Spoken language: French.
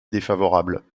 défavorable